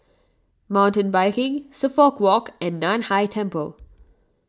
Mountain Biking Suffolk Walk and Nan Hai Temple